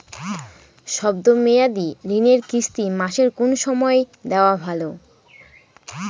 শব্দ মেয়াদি ঋণের কিস্তি মাসের কোন সময় দেওয়া ভালো?